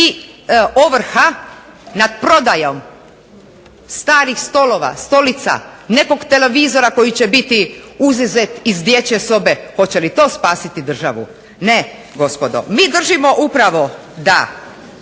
i ovrha nad prodajom starih stolova, stolica, nekog televizora koji će biti izuzet iz dječje sobe, hoće li to spasiti državu? Ne, gospodo. Mi držimo upravo da